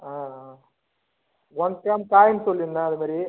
ஆ ஆ one gram coin சொல்லிருந்தேன் அது மாரி